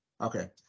okay